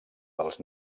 dels